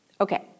Okay